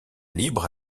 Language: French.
libre